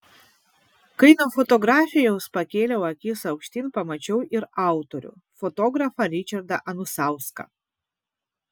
kai nuo fotografijos pakėliau akis aukštyn pamačiau ir autorių fotografą ričardą anusauską